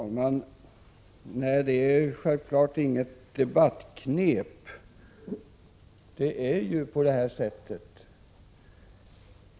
Herr talman! Nej, det är självfallet inget debattknep; det är ju på det här sättet.